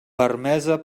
permesa